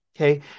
Okay